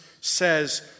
says